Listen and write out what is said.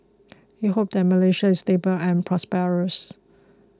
we hope that Malaysia is stable and prosperous